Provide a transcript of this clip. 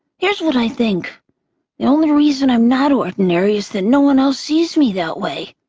here's what i think the only reason i'm not ordinary is that no one else sees me that way.